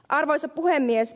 arvoisa puhemies